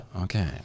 Okay